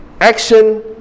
action